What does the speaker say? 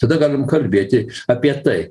tada galim kalbėti apie tai